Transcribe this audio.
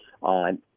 on